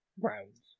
rounds